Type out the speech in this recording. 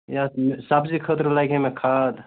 یا سبزی خٲطرٕ لگہِ ہے مےٚ کھاد